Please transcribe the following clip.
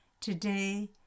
Today